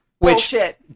Bullshit